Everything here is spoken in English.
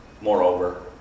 moreover